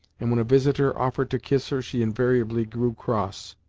and when a visitor offered to kiss her she invariably grew cross,